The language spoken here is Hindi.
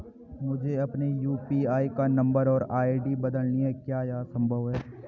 मुझे अपने यु.पी.आई का नम्बर और आई.डी बदलनी है क्या यह संभव है?